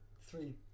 three